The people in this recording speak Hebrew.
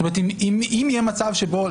זאת אומרת אם יהיה מצב שבו,